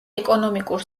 ეკონომიკურ